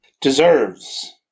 Deserves